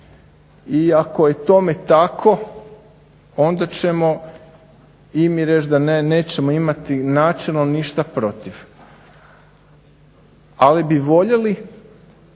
I ako je tome tako onda ćemo i mi reći da nećemo imati načelno ništa protiv. Ali bi voljeli